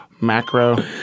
Macro